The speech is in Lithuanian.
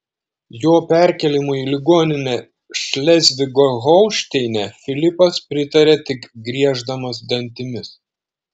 jo perkėlimui į ligoninę šlezvigo holšteine filipas pritarė tik grieždamas dantimis